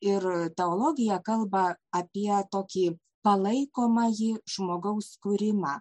ir teologija kalba apie tokį palaikomąjį žmogaus kūrimą